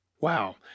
Wow